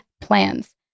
PLANS